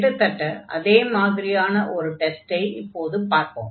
கிட்டதட்ட அதே மாதிரியான ஒரு டெஸ்டை இப்போது பார்ப்போம்